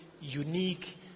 unique